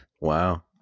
Wow